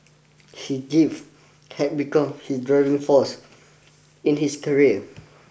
he give had become his driving force in his career